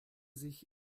sich